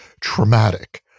traumatic